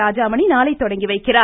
ராஜாமணி நாளை தொடங்கி வைக்கிறார்